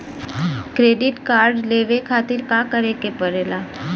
Credit card लेवे खातिर का करे के पड़ेला?